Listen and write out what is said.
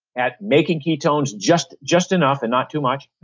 at making ketones just just enough, and not too much.